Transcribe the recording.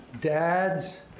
dads